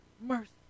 mercy